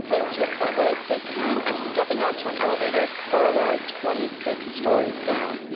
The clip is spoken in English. opposed to a segway, this time i'm stepping on to an elevator for a ride twenty six stories down.